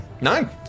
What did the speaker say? Nine